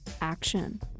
action